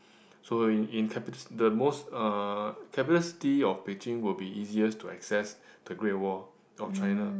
so in in capit~ the most uh capital city of Beijing would be easiest to access to the Great Wall of China